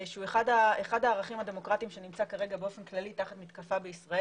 שהוא אחד הערכים הדמוקרטיים שנמצא כרגע באופן כללי תחת מתקפה בישראל,